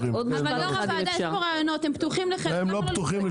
הם כבר לא יהיו פתוחים.